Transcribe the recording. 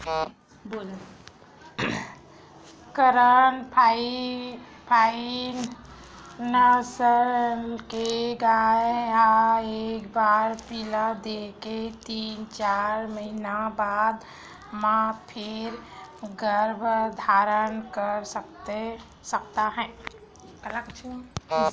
करन फ्राइ नसल के गाय ह एक बार पिला दे के तीन, चार महिना बाद म फेर गरभ धारन कर सकत हे